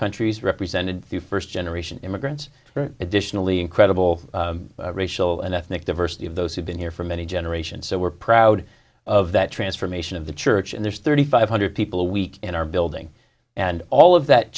countries represented the first generation immigrants additionally incredible racial and ethnic diversity of those who've been here for many generations so we're proud of that transformation of the church and there's thirty five hundred people a week in our building and all of that